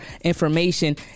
information